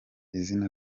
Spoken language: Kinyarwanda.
izina